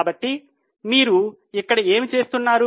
కాబట్టి మీరు ఇక్కడ ఏమి చూస్తున్నారు